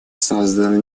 созданы